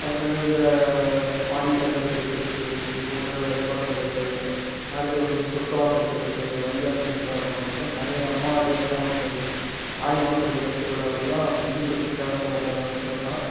அடுத்தது இந்த ஆடி பதினெட்டு பெருக்கு இது போன்ற வழிபாட்டு தலங்கள் அடுத்த வந்து சொர்க்கவாசல் திறப்பு வைகாசி விசாகம் இந்த மாதிரி நிறைய அம்மாவாடி அமாவாசை ஆடி மாசம் இருக்கிற திருவிழாக்கள்லாம் இந்துக்கள் ஃபேமஸாக கொண்டாடுறாங்க சிறப்பாக